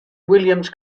williams